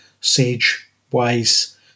sage-wise